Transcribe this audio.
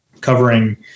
covering